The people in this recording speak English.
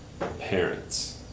Parents